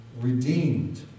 redeemed